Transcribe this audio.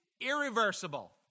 irreversible